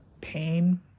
pain